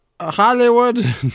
Hollywood